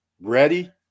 ready